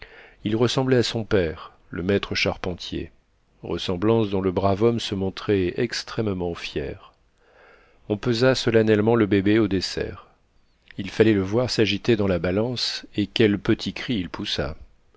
il ressemblait à son père le maître charpentier ressemblance dont le brave homme se montrait extrêmement fier on pesa solennellement le bébé au dessert il fallait le voir s'agiter dans la balance et quels petits cris il poussa